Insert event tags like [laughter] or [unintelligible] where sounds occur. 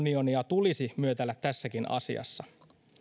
[unintelligible] unionia tulisi myötäillä tässäkin asiassa